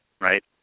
right